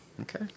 Okay